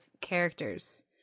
characters